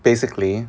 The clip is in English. basically